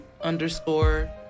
underscore